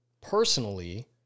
personally